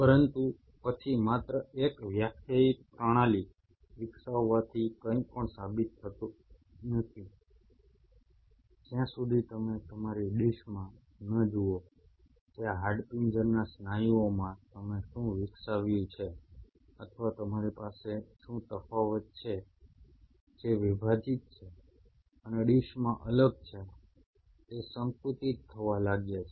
પરંતુ પછી માત્ર એક વ્યાખ્યાયિત પ્રણાલી વિકસાવવાથી કંઈપણ સાબિત થતું નથી જ્યાં સુધી તમે તમારી ડીશમાં ન જુઓ કે આ હાડપિંજરના સ્નાયુઓમાં તમે શું વિકસાવ્યું છે અથવા તમારી પાસે શું તફાવત છે જે વિભાજીત છે અને ડિશમાં અલગ પડે છે તે સંકુચિત થવા લાગ્યા છે